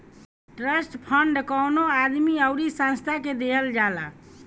trust fund कवनो आदमी अउरी संस्था के देहल जाला